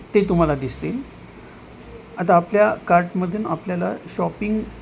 ते तुम्हाला दिसतील आता आपल्या कार्टमधून आपल्याला शॉपिंग